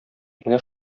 менә